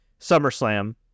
SummerSlam